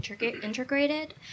integrated